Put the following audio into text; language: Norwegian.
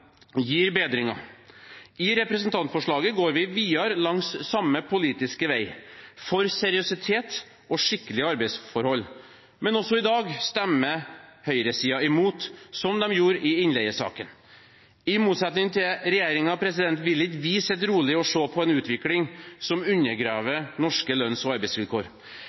gir bedringer. I representantforslaget går vi videre langs samme politiske vei, for seriøsitet og skikkelige arbeidsforhold. Men også i dag stemmer høyresiden imot, som den gjorde i innleiesaken. I motsetning til regjeringen vil ikke vi sitte rolig og se på en utvikling som undergraver norske lønns- og arbeidsvilkår.